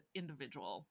individual